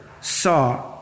saw